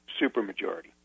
supermajority